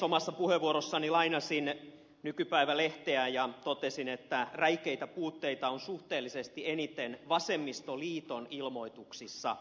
omassa puheenvuorossani lainasin nykypäivä lehteä ja totesin että räikeitä puutteita on suhteellisesti eniten vasemmistoliiton ilmoituksissa